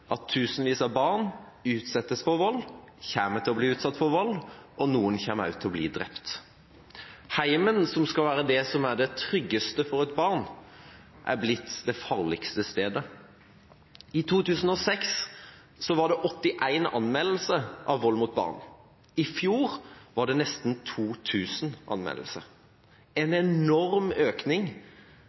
at tusenvis av barn utsettes for vold og kommer til å bli utsatt for vold, og noen kommer også til å bli drept. Hjemmet, som skal være det som er det tryggeste for et barn, er blitt det farligste stedet. I 2006 var det 81 anmeldelser av vold mot barn. I fjor var det nesten 2 000 anmeldelser – en enorm økning